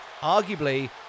arguably